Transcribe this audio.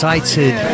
Excited